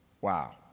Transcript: Wow